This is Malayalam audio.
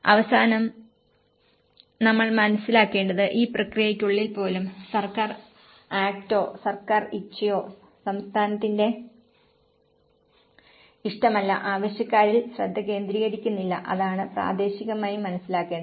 അവസാനം നമ്മൾ മനസ്സിലാക്കേണ്ടത് ഈ പ്രക്രിയയ്ക്കുള്ളിൽ പോലും സർക്കാർ ആക്ടോ സർക്കാർ ഇച്ഛയോ സംസ്ഥാനത്തിന്റെ ഇഷ്ടമല്ല ആവശ്യക്കാരിൽ ശ്രദ്ധ കേന്ദ്രീകരിക്കുന്നില്ല അതാണ് പ്രാഥമികമായി മനസ്സിലാക്കേണ്ടത്